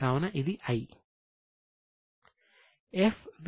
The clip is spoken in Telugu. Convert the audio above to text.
కావున ఇది 'I'